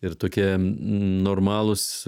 ir tokie normalūs